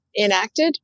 enacted